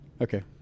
Okay